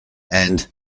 and